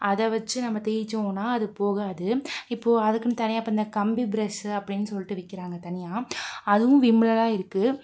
அதைவச்சி நம்ம தேச்சோன்னால்அது போகாது இப்போது அதுக்குன்னு தனியாக இப்போ இந்த கம்பி பிரஷ்ஷு அப்படின்னு சொல்லிட்டு விற்கிறாங்க தனியா அதுவும் விம்லதான் இருக்குது